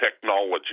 technology